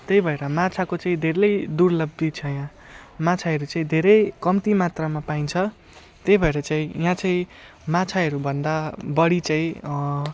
त्यही भएर माछाको चाहिँ धेरै दुर्लब्धि छ यहाँ माछाहरू चाहिँ धेरै कम्ती मात्रामा पाइन्छ त्यही भएर चाहिँ यहाँ चाहिँ माछाहरूभन्दा बढी चाहिँ